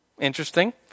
Interesting